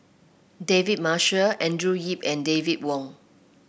David Marshall Andrew Yip and David Wong